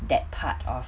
that part of